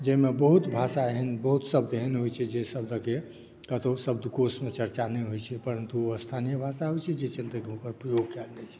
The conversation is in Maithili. जाहिमे बहुत भाषा एहन बहुत शब्द एहन होइ छै जे शब्दक कतौ शब्दकोषमे चरचा नहि होइ छै परंतु स्थानीय भाषा होइ छै जाहि चलते ओकर प्रयोग कयल जाइ छै